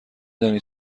دانی